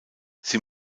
sie